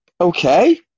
Okay